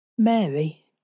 Mary